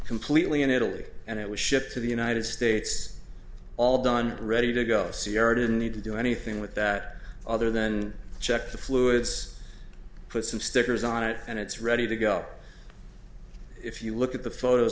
completely in italy and it was shipped to the united states all done ready to go see ya didn't need to do anything with that other than check the fluids put some stickers on it and it's ready to go if you look at the photos